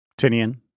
Tinian